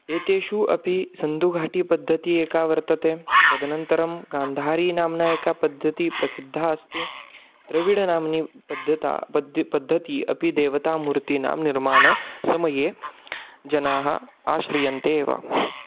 एतेषु अपि सन्दुघाटीपद्धतिः एका वर्तते तदनन्तरं गान्धारीनाम्ना एका पद्धतिः प्रसिद्धा अस्ति द्रविडनाम्नी पद्धती पद्दि पद्धती अपि देवतामूर्तीनां निर्माणसमये जनाः आश्रियन्ते एव